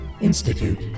Institute